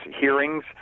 hearings